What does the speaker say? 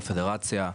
בפדרציה,